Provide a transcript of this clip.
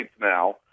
now